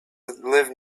live